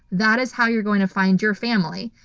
that is how you're going to find your family.